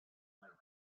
lights